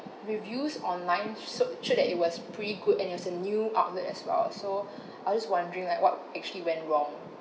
reviews online showed showed that it was pretty good and it was a new outlet as well so I was just wondering like what actually went wrong